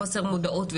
חוסר מודעות,